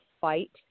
fight